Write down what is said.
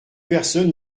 personne